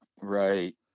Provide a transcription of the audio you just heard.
Right